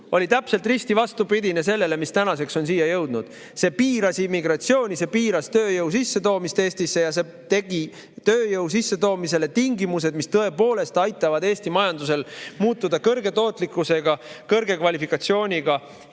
oli täpselt risti vastupidine sellele, mis tänaseks on siia jõudnud. See piiras immigratsiooni, see piiras tööjõu sissetoomist Eestisse ja kehtestas tööjõu sissetoomisele tingimused, mis tõepoolest aitavad Eesti majandusel muutuda kõrge tootlikkusega, kõrge kvalifikatsiooniga